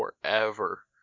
forever